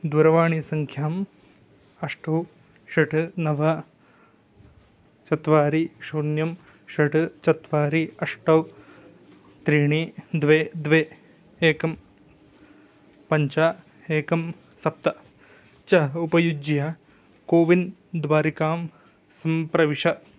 दूरवाणीसङ्ख्याम् अष्टौ षट् नव चत्वारि शून्यं षट् चत्वारि अष्टौ त्रीणि द्वे द्वे एकं पञ्च एकं सप्त च उपयुज्य कोविन् द्वारिकां सम्प्रविश